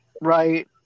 Right